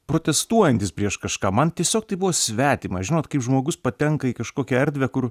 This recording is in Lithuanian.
protestuojantis prieš kažką man tiesiog tai buvo svetima žinot kaip žmogus patenka į kažkokią erdvę kur